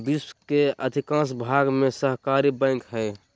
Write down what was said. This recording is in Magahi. विश्व के अधिकांश भाग में सहकारी बैंक हइ